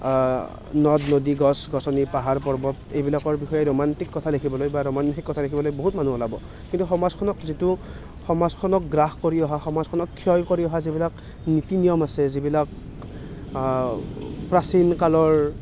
নদ নদী গছ গছনি পাহাৰ পৰ্বত এইবিলাকৰ বিষয়ে ৰোমাণ্টিক কথা লিখিবলৈ বা ৰমন্য়াসিক কথা লিখিবলৈ বহুত মানুহ ওলাব কিন্তু সমাজখনক যিটো সমাজখনক গ্ৰাস কৰি অহা সমাজখনক ক্ষয় কৰি অহা যিবিলাক নীতি নিয়ম আছে যিবিলাক প্ৰাচীন কালৰ